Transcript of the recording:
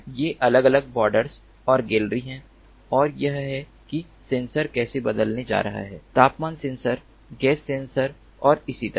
ये अलग अलग बॉर्डर्स और गैलरी हैं और यह है कि सेंसर कैसे बदलने जा रहे हैं तापमान सेंसर गैस सेंसर और इसी तरह